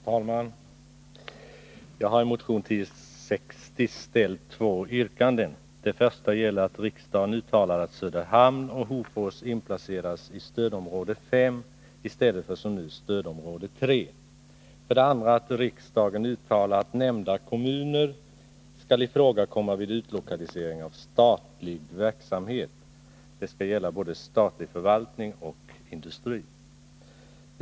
Herr talman! Jag har i motion 1060 framställt två yrkanden. Det första gäller att riksdagen uttalar att Söderhamn och Hofors inplaceras i stödområde 5 i stället för som nu i stödområde 3. Det andra avser att riksdagen uttalar att nämnda kommuner skall ifrågakomma vid utlokalisering av statlig verksamhet; det skall gälla både förvaltning och industri.